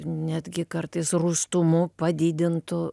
netgi kartais rūstumu padidintu